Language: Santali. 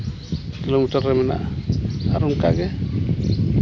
ᱠᱤᱞᱳᱢᱤᱴᱟᱨ ᱨᱮ ᱢᱮᱱᱟᱜᱼᱟ ᱟᱨᱚ ᱚᱱᱠᱟ ᱜᱮ